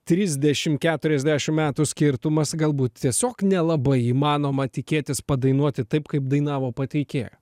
trisdešim keturiasdešim metų skirtumas galbūt tiesiog nelabai įmanoma tikėtis padainuoti taip kaip dainavo pateikėja